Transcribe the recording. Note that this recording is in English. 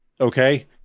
okay